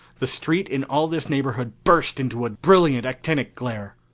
the street in all this neighborhood burst into a brilliant actinic glare.